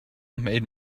made